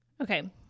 Okay